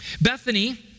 Bethany